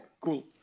Cool